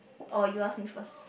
or you ask me first